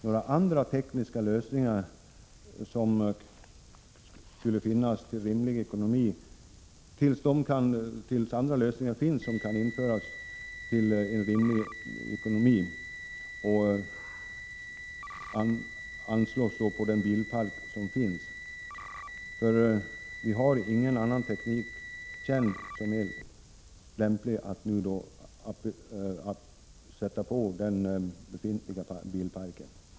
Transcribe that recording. Några andra tekniska lösningar som till rimlig ekonomi kan införas på den befintliga bilparken är inte kända.